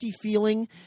feeling